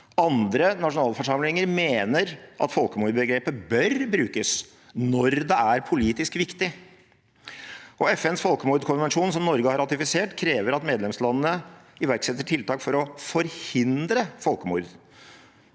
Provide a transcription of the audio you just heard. Andre nasjonalforsamlinger mener at folkemordbegrepet bør brukes når det er politisk viktig. FNs folkemordkonvensjon, som Norge har ratifisert, krever at medlemslandene iverksetter tiltak for å forhindre folkemord.